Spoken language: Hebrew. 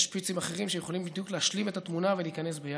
יש שפיצים אחרים שיכולים להשלים את התמונה ולהיכנס יחד.